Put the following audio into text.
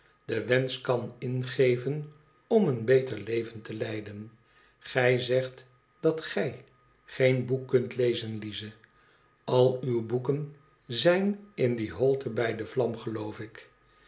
den wensch kan ingeven om een beter leven te leiden gij zegt dat gij geen boek kunt lezen lizé al uwe boeken zijn in die holte bij de vlam geloof ik